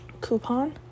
coupon